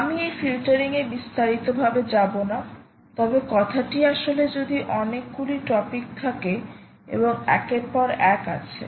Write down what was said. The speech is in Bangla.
আমি এই ফিল্টারিং এ বিস্তারিত ভাবে যাব না তবে কথাটি আসলে যদি অনেক গুলি টপিক থাকে এবং একের পর এক আছে